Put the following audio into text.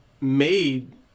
made